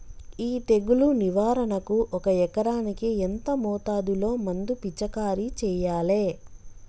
ఈ తెగులు నివారణకు ఒక ఎకరానికి ఎంత మోతాదులో మందు పిచికారీ చెయ్యాలే?